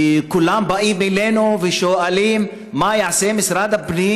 וכולם באים אלינו ושואלים מה יעשה משרד הפנים